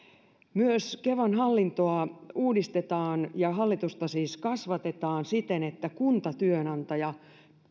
myös kevan hallintoa uudistetaan ja hallitusta siis kasvatetaan siten että kuntatyönantajat